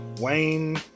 Wayne